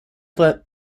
let